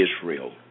Israel